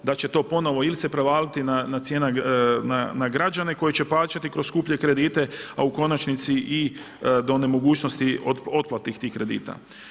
Da će to ponovo ili se prevaliti na građane koji će plaćati kroz skuplje kredite, a u konačnici do onemogućnosti otplate tih kredita.